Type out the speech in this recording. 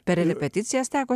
per repeticijas teko